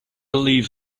believe